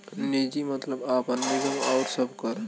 निजी मतलब आपन, निगम आउर सबकर